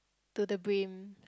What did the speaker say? to the brim